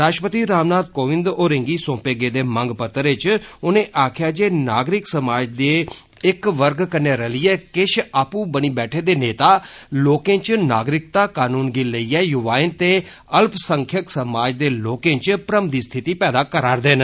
राष्ट्रपति रामनाथ कोविंद होरें गी सौंपे गेदे मंग पत्र च उनें आक्खेया जे नागरिक समाज दे इक्क वर्ग कन्नै रलीऐ केश आपूं बनी बैठे दे नेता लोकें च नागरिकता कानून गी लेइयै युवाएं ते अल्पसंख्यक समाज दे लोकें च भ्रम दी स्थिती पैदा करा रदे न